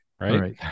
right